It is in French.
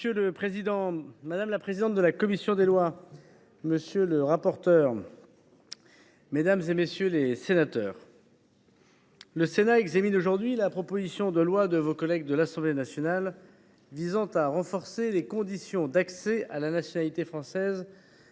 Monsieur le président, madame la présidente de la commission des lois, monsieur le rapporteur, mesdames, messieurs les sénateurs, le Sénat examine aujourd’hui la proposition de loi déposée à l’Assemblée nationale visant à renforcer les conditions d’accès à la nationalité française